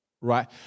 Right